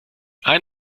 einen